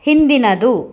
ಹಿಂದಿನದು